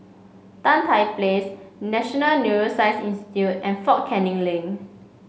Tan Tye Place National Neuroscience Institute and Fort Canning Link